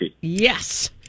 Yes